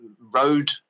road